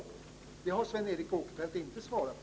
Det har inte Sven Eric Åkerfeldt svarat på.